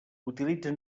utilitza